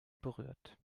berührt